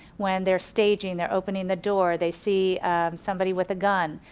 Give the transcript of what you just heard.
when they're staging, they're opening the door, they see somebody with a gun,